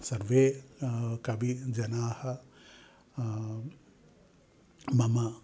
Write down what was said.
सर्वे कविजनाः मम